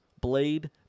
Blade